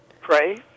pray